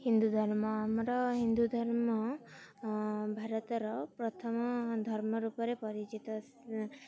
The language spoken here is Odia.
ହିନ୍ଦୁ ଧର୍ମ ଆମର ହିନ୍ଦୁ ଧର୍ମ ଭାରତର ପ୍ରଥମ ଧର୍ମ ରୂପରେ ପରିଚିତ